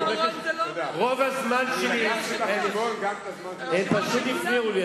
רוב הזמן שלי הם פשוט הפריעו לי,